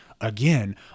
Again